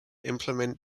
implement